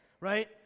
right